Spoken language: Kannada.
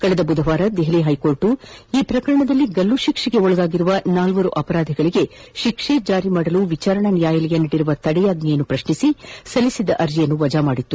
ಕಳೆದ ಬುಧವಾರ ದೆಹಲಿ ಹೈಕೋರ್ಟ್ ಈ ಪ್ರಕರಣದಲ್ಲಿ ಗಲ್ಲು ಶಿಕ್ಷೆಗೆ ಒಳಗಾಗಿರುವ ನಾಲ್ವರು ಅಪರಾಧಿಗಳಿಗೆ ಶಿಕ್ಷೆ ಜಾರಿ ಮಾಡಲು ವಿಚಾರಣಾ ನ್ಯಾಯಾಲಯ ನೀಡಿರುವ ತಡೆ ಪ್ರಶ್ನಿಸಿ ಸಲ್ಲಿಸಿದ್ದ ಅರ್ಜಿಯನ್ನು ವಜಾಗೊಳಿಸಿತ್ತು